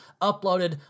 uploaded